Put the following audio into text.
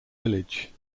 village